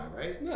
right